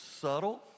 subtle